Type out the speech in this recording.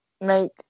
make